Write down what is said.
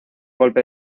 golpe